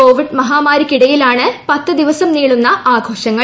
Covid മഹാമാരിക്കിടയിലാണ് പത്ത് ദിവസം നീളുന്ന ആഘോഷങ്ങൾ